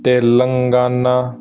Telangana